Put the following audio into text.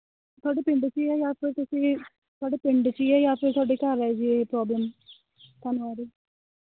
ਤੁਹਾਡੇ ਪਿੰਡ 'ਚ ਹੀ ਹੈ ਜਾਂ ਫਿਰ ਤੁਸੀਂ ਤੁਹਾਡੇ ਪਿੰਡ 'ਚ ਹੀ ਹੈ ਜਾਂ ਫਿਰ ਤੁਹਾਡੇ ਘਰ ਹੈ ਜੀ ਇਹ ਪ੍ਰੋਬਲਮ ਤੁਹਾਨੂੰ ਹੈ ਜੀ